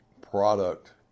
product